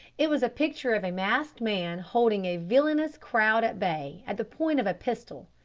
it was a picture of a masked man holding a villainous crowd at bay at the point of a pistol.